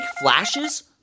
flashes